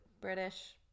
British